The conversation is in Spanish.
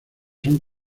son